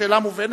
השאלה מובנת,